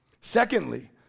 secondly